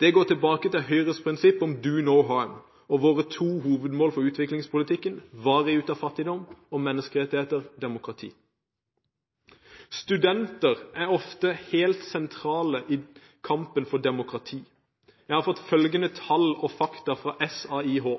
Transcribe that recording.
Det går tilbake til Høyres prinsipp om «do no harm» og våre to hovedmål for utviklingspolitikken: varig ut av fattigdom og menneskerettigheter og demokrati. Studenter er ofte helt sentrale i kampen for demokrati. Jeg har fått følgende tall og